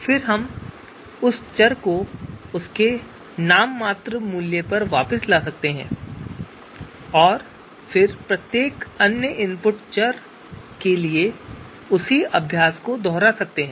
फिर हम उस चर को उसके नाममात्र मूल्य पर वापस ला सकते हैं और फिर प्रत्येक अन्य इनपुट चर के लिए उसी अभ्यास को दोहरा सकते हैं